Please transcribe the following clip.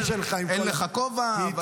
אין לך כובע.